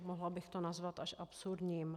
Mohla bych to nazvat až absurdním.